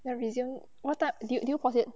ya resume what time did did you pause it